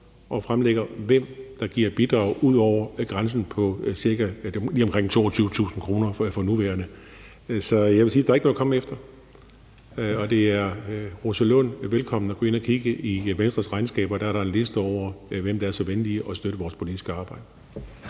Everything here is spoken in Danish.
og fremlægger, hvem der giver bidrag over grænsen på lige omkring 22.000 kr. for nuværende. Så jeg vil sige: Der er ikke noget at komme efter. Og fru Rosa Lund er velkommen til at gå ind og kigge i Venstres regnskaber – der er der en liste over, hvem der er så venlig at støtte vores politiske arbejde.